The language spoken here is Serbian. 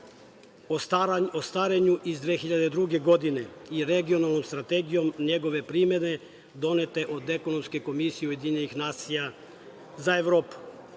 o starenju iz 2002. godine i regionalnom strategijom njegove primene donete od Ekonomske komisije UN-a za Evropu. Glavni